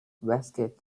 basket